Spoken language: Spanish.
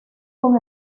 con